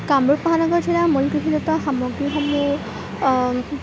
কামৰূপ মহানগৰ জিলাৰ মূল কৃষিজাত সামগ্ৰীসমূহ